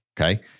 okay